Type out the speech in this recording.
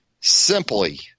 Simply